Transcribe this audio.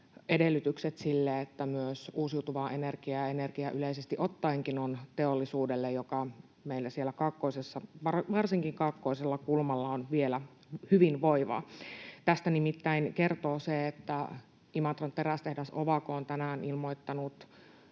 edellytykset sille, että myös uusiutuvaa energiaa ja energiaa yleisesti ottaenkin on teollisuudelle, joka meillä siellä varsinkin kaakkoisella kulmalla on vielä hyvinvoivaa. Tästä nimittäin kertoo se, että Imatran terästehdas Ovako on tänään ilmoittanut